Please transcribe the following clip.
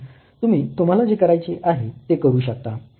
आणि तुम्ही तुम्हाला जे करायचे आहे ते करू शकता